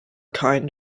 kind